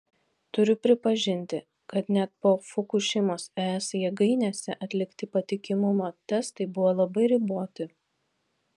turiu pripažinti kad net po fukušimos es jėgainėse atlikti patikimumo testai buvo labai riboti